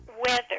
weather